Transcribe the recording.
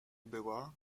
była